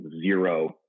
zero